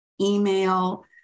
email